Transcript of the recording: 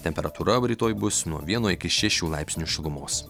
temperatūra rytoj bus nuo vieno iki šešių laipsnių šilumos